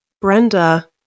Brenda